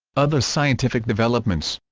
other scientific developments